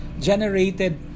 generated